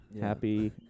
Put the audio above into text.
Happy